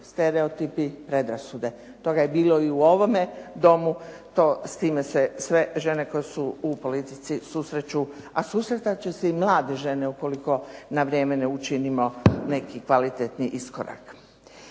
stereotipi, predrasude. Toga je bilo i u ovome domu, s time se sve žene koje su u politici susreću, a susretat će se i mlade žene ukoliko na vrijeme ne učinimo neki kvalitetni iskorak.